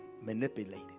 manipulated